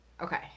Okay